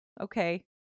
okay